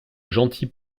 gentils